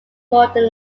modern